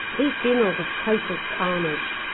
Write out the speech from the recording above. these funerals are total carnage.